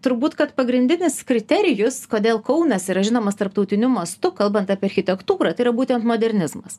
turbūt kad pagrindinis kriterijus kodėl kaunas yra žinomas tarptautiniu mastu kalbant apie architektūrą tai yra būtent modernizmas